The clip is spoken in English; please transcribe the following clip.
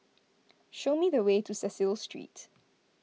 show me the way to Cecil Street